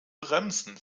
bremsen